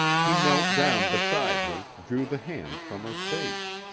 he knelt down beside her, drew the hands from her face.